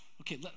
Okay